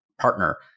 partner